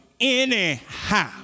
anyhow